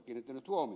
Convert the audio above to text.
täällä todetaan